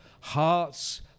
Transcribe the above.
Hearts